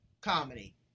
comedy